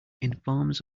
informs